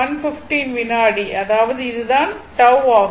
1115 வினாடி அதாவது இது தான் τ ஆகும்